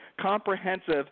comprehensive